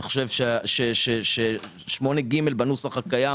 אני חושב שסעיף 8(ג) בנוסח הקיים